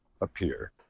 appear